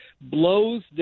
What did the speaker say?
Blows